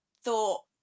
thought